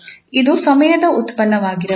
ಇದು ಸಮಯದ ಉತ್ಪನ್ನವಾಗಿರಬಹುದು